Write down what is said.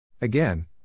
Again